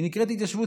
היא נקראת "התיישבות